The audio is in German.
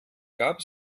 gab